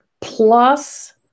plus